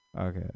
Okay